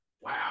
Wow